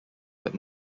that